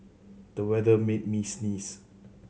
the weather made me sneeze